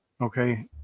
Okay